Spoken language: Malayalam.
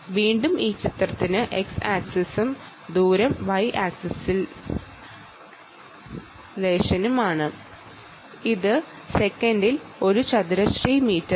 വീണ്ടും ഈ ചിത്രത്തിന് സെക്കൻഡിൽ ഒരു ചതുരശ്ര മീറ്ററാണ്